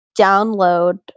download